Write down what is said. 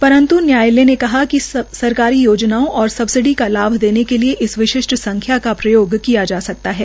परन्त् न्यायालय ने कहा कि सरकारी योजनाओं और सबसिडी का लाभ लेने के लिए विशिष्ट संख्या का प्रयोग किया जा सकता है